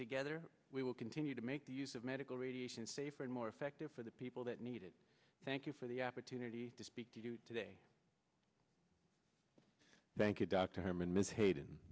together we will continue to make the use of medical radiation safer and more effective for the people that need it thank you for the opportunity to speak to you today thank you dr herman ms ha